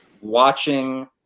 watching